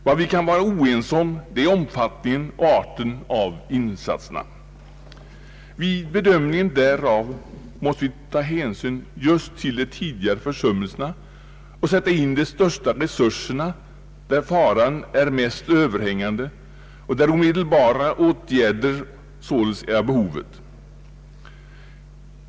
Vad vi kan vara oense om är omfattningen och arten av insatserna. Vid bedömningen därav måste vi ta hänsyn just till de tidigare försummelserna och sätta in de största resurserna där faran är mest överhängande och där omedelbara åtgärder således är av behovet.